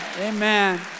Amen